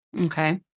Okay